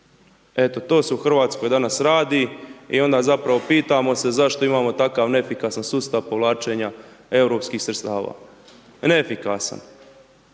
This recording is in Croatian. Eto, to se u Hrvatskoj danas radi, i onda zapravo pitamo se zašto imamo takav neefikasan sustav povlačenja europskih sredstava. Neefikasan.